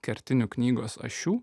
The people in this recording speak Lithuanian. kertinių knygos ašių